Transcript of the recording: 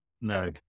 No